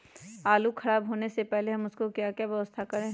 आलू खराब होने से पहले हम उसको क्या व्यवस्था करें?